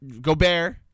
Gobert